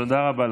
תודה רבה.